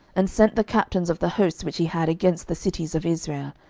and sent the captains of the hosts which he had against the cities of israel,